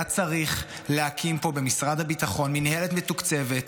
היה צריך להקים פה במשרד הביטחון מינהלת מתוקצבת,